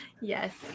Yes